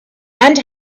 and